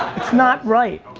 not right.